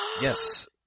Yes